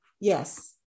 Yes